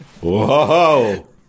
Whoa